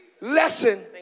Lesson